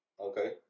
Okay